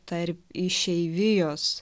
tarp išeivijos